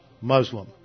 Muslim